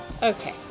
Okay